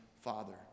Father